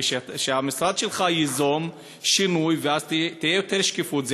ושהמשרד שלך ייזום שינוי ואז תהיה יותר שקיפות.